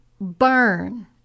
burn